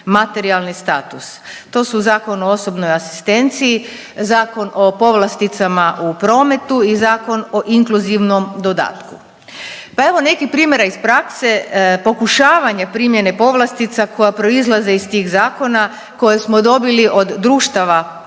to su Zakon o osobnoj asistenciji, Zakon o povlasticama u prometu i i Zakon o inkluzivnom dodatku. Pa evo nekih primjera iz prakse pokušavanje primjene povlastica koja proizlaze iz tih zakona koje smo dobili od društava osoba